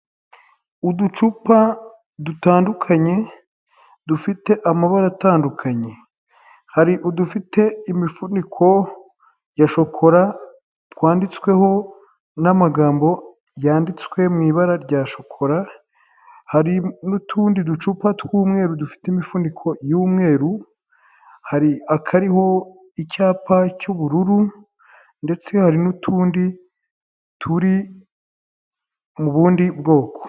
Uducupa dutandukanye dufite amabara atandukanye, hari udufite imifuniko ya shokola twanditsweho n'amagambo yanditswe mu'i ibara rya shokola, hari n'utundi ducupa tw'umweru dufite imifuniko y'umweru, hari akariho icyapa cy'ubururu ndetse hari n'utundi turi mu bundi bwoko.